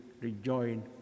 rejoin